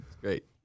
great